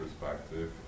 perspective